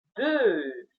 deux